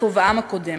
בכובעם הקודם.